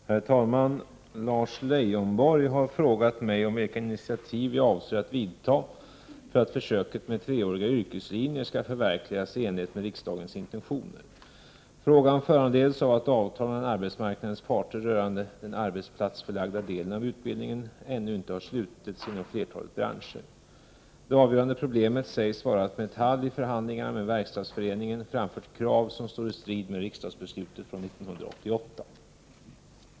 Herr talman! Lars Leijonborg har frågat mig om vilka initiativ jag avser att vidta för att försöket med treåriga yrkeslinjer skall förverkligas i enlighet med riksdagens intentioner. Frågan föranleds av att avtal mellan arbetsmarknadens parter rörande den arbetsplatsförlagda delen av utbildningen ännu inte har slutits inom flertalet branscher. Det avgörande problemet sägs vara att Metalli förhandlingarna med Verkstadsföreningen framfört krav som står i strid med riksdagsbeslutet från 1988.